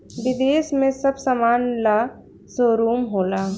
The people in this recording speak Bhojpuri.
विदेश में सब समान ला शोरूम होला